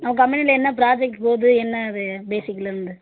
உங்கள் கம்பெனியில் என்ன ப்ராஜெக்ட் போது என்ன இது பேசிக்லேருந்து